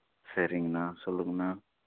சரிங்கண்ணா சொல்லுங்கண்ணா